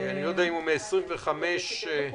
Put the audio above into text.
לא,